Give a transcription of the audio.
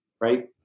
right